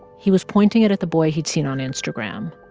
he was pointing it at the boy he'd seen on instagram,